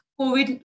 COVID